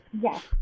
Yes